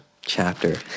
chapter